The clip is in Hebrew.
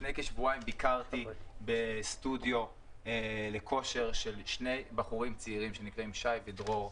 לפני כשבועיים ביקרתי בסטודיו לכושר של שני בחורים צעירים בשם שי ודרור.